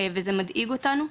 וזה מדאיג אותנו.